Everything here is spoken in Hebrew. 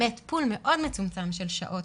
פול מאוד מצומצם של שעות